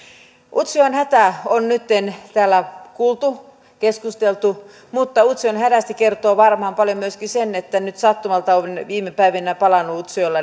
utsjoen hätä on nytten täällä kuultu keskusteltu mutta utsjoen hädästä kertoo varmaan paljon myöskin se sattumalta olen viime päivinä palannut